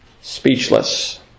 speechless